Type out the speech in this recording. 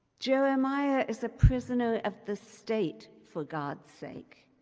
jeremiah is a prisoner of the state for god's sake,